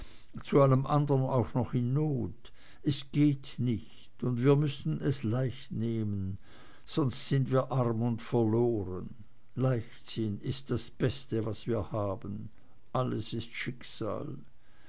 zu allem andern auch noch in not es geht nicht und wir müssen es leicht nehmen sonst sind wir arm und verloren leichtsinn ist das beste was wir haben alles ist schicksal